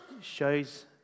shows